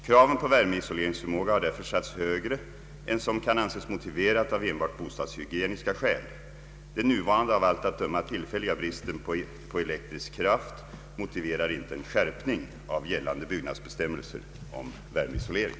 Kraven på värmeisoleringsförmåga har därför satts högre än som kan anses motiverat av enbart bostadshygieniska skäl. Den nuvarande, av allt att döma tillfälliga, bristen på elektrisk kraft motiverar inte en skärpning av gällande byggnadsbestämmelser om värmeisolering.